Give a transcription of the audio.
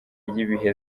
y’ibihe